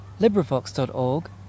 Librivox.org